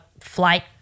flight